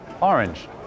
Orange